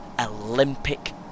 Olympic